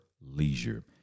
leisure